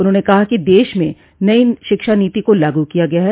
उन्होंने कहा कि देश में नई शिक्षा नीति को लागू किया गया है